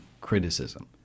criticism